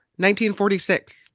1946